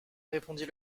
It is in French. répondit